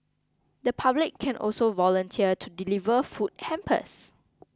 the public can also volunteer to deliver food hampers